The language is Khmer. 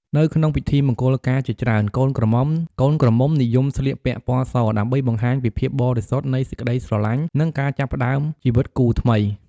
នៅក្នុងពិធីមង្គលការជាច្រើន កូនក្រមុំនិយមស្លៀកពាក់ពណ៌ស ដើម្បីបង្ហាញពីភាពបរិសុទ្ធនៃសេចក្ដីស្រឡាញ់ និងការចាប់ផ្ដើមជីវិតគូថ្មី។